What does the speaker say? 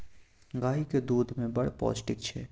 गाएक दुध मे बड़ पौष्टिक छै